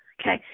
Okay